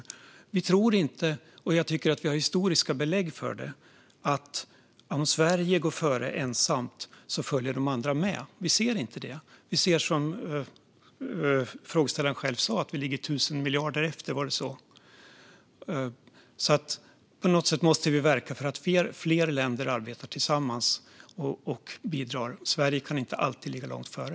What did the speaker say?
Sverigedemokraterna tror inte - och jag tycker att det finns historiska belägg för det - att om Sverige ensamt går före följer de andra med. Vi ser inte det. Vi ser, som frågeställaren själv sa, att man ligger 1 000 miljarder efter. Var det så? På något sätt måste vi alltså verka för att fler länder arbetar tillsammans och bidrar. Sverige kan inte alltid ligga långt före.